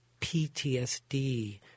PTSD